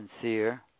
sincere